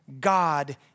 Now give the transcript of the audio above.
God